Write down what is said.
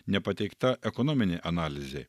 nepateikta ekonominė analizė